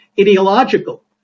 ideological